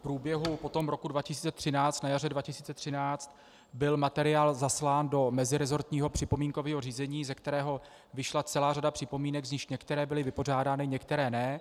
V průběhu roku 2013, na jaře 2013, byl materiál zaslán do meziresortního připomínkového řízení, ze kterého vyšla celá řada připomínek, z nichž některé byly vypořádány, některé ne.